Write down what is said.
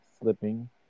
slipping